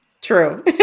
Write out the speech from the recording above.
True